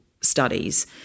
studies